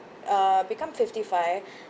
uh become fifty five